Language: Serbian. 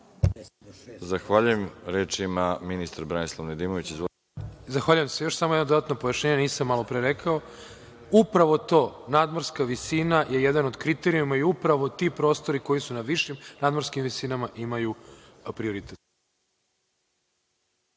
Branislav Nedimović. **Branislav Nedimović** Zahvaljujem se. Samo još jedno dodatno pojašnjenje, nisam malopre rekao. Upravo to, nadmorska visina, je jedan od kriterijuma i upravo ti prostori koji su na višim nadmorskim visinama imaju prioritet.